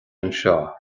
anseo